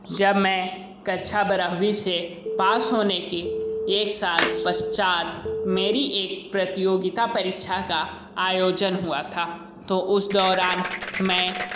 जब मैं कक्ष बारहवीं से पास होने की एक साल पश्चात मेरी एक प्रतियोगिता परीक्षा का आयोजन हुआ था तो उस दौरान मैं